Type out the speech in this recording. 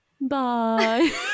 bye